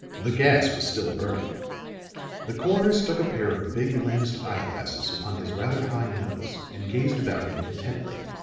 the gas was still burning the coroner stuck a pair of big-lensed eyeglasses upon his rather high nose and gazed about him intently.